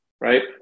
right